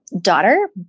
daughter